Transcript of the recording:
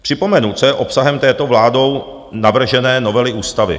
Připomenu, co je obsahem této vládou navržené novely ústavy.